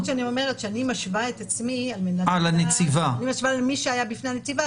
אני משווה את עצמי למי שהיה בפני הנציבה,